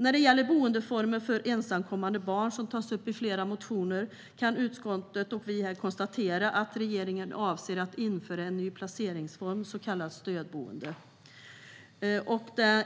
När det gäller boendeformer för ensamkommande barn, som tas upp i flera motioner, kan utskottet konstatera att regeringen avser att införa en ny placeringsform, så kallat stödboende.